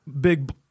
big